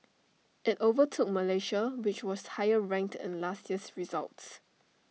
IT overtook Malaysia which was higher ranked in last year's results